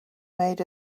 made